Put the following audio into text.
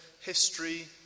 history